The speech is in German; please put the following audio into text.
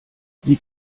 sie